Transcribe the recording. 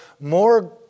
more